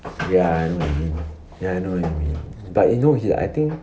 ya I know what you mean ya I know what you mean but you know he I think